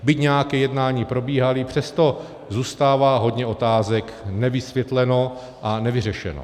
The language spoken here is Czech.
Byť nějaká jednání probíhala, přesto zůstává hodně otázek nevysvětleno a nevyřešeno.